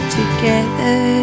together